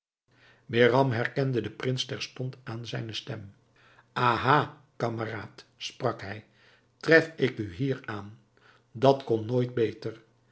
behram herkende den prins terstond aan zijne stem aha kameraad sprak hij tref ik u hier aan dat kon nooit beter